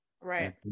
Right